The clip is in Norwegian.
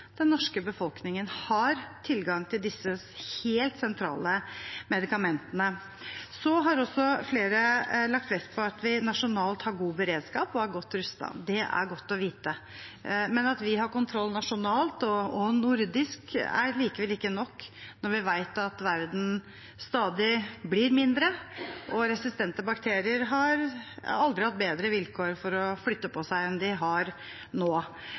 den norske befolkningen har tilgang til disse helt sentrale medikamentene. Flere har også lagt vekt på at vi nasjonalt har god beredskap og er godt rustet. Det er godt å vite. Men at vi har kontroll nasjonalt og nordisk, er likevel ikke nok når vi vet at verden stadig blir mindre, og resistente bakterier har aldri hatt bedre vilkår for å flytte på seg enn de har nå.